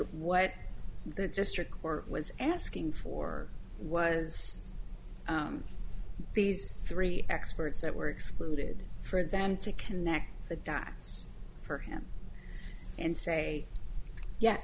think what the district or was asking for was these three experts that were excluded for them to connect the dots for him and say yes